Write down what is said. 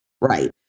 Right